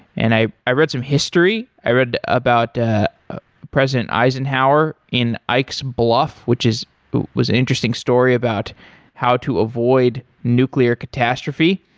and i i read some history. i read about president eisenhower in ike's bluff, which is an interesting story about how to avoid nuclear catastrophe.